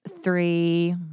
three